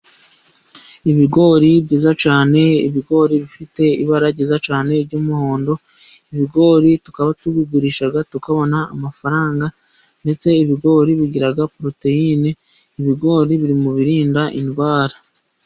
Ibigori byiza cyane, ibigori bifite ibara ryiza cyane ry'umuhondo, ibigori tukaba tubigurisha tukabona amafaranga, ndetse ibigori bigira poroteyine, ibigori biri mu birinda indwara.